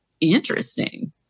interesting